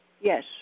Yes